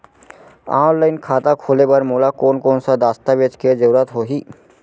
Online खाता खोले बर मोला कोन कोन स दस्तावेज के जरूरत होही?